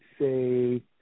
say